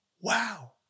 Wow